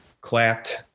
clapped